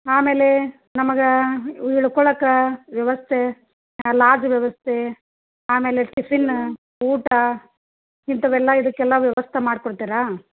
ಆಮೇಲೆ ನಮಗೆ ಇಳ್ಕೊಳಕ್ಕೆ ವ್ಯವಸ್ಥೆ ಲಾಡ್ಜ್ ವ್ಯವಸ್ಥೆ ಆಮೇಲೆ ಟಿಫಿನ ಊಟ ಇಂಥವೆಲ್ಲ ಇದಕ್ಕೆಲ್ಲ ವ್ಯವಸ್ಥೆ ಮಾಡಿಕೊಡ್ತೀರಾ